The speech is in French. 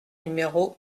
numéro